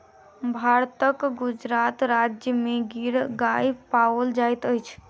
भारतक गुजरात राज्य में गिर गाय पाओल जाइत अछि